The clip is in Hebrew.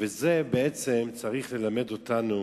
וזה צריך ללמד אותנו